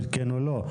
כן או לא.